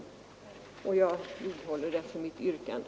Herr talman! Jag vidhåller mitt yrkande.